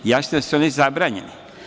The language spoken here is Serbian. Jasno je da su one zabranjene.